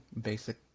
basic